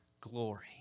glory